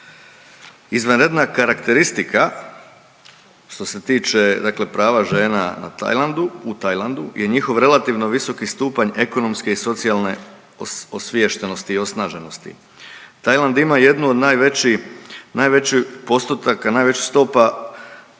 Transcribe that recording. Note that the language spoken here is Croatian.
izvanredna karakteristika što se tiče, dakle prava žena na Tajlandu, u Tajlandu je njihov relativno visoki stupanj ekonomske i socijalne osviještenosti i osnaženosti. Tajland ima jednu od najvećih postotaka, najvećih stopa